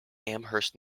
amherst